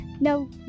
no